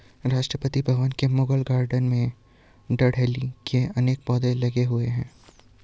राष्ट्रपति भवन के मुगल गार्डन में डहेलिया के अनेक पौधे लगे हुए हैं